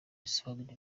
asobanura